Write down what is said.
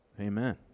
Amen